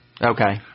Okay